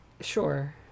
Sure